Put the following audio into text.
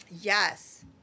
Yes